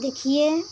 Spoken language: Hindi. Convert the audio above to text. देखिए